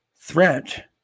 threat